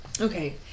Okay